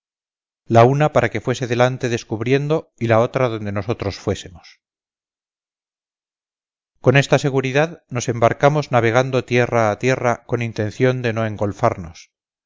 la una para que fuese delante descubriendo y la otra donde nosotros fuésemos con esta seguridad nos embarcamos navegando tierra a tierra con intención de no